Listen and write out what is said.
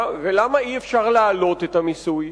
למה אי-אפשר להעלות את המיסוי?